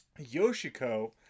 Yoshiko